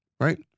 Right